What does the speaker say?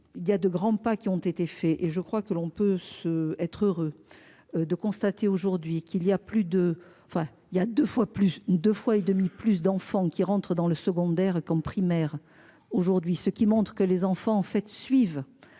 il y a 2 grands pas qui ont été faits et je crois que l'on peut s'être heureux. De constater aujourd'hui qu'il y a plus de, enfin il y a 2 fois plus de fois et demie plus d'enfants qui rentrent dans le secondaire comme primaire aujourd'hui, ce qui montre que les enfants en fait suivent.